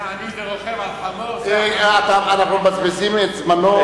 זה "עני ורוכב על חמור" אנחנו מבזבזים את זמנו,